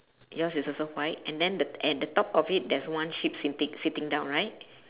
your's is also white and then the at the top of it there's a one sheep sitting sitting down right